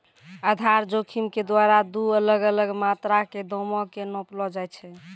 आधार जोखिम के द्वारा दु अलग अलग मात्रा के दामो के नापलो जाय छै